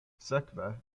sekve